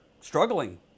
struggling